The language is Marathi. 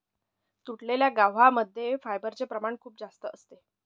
तुटलेल्या गव्हा मध्ये फायबरचे प्रमाण खूप जास्त असते